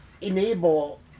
enable